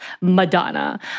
Madonna